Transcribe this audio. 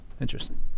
Interesting